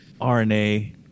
RNA